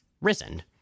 risen